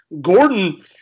Gordon